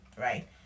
right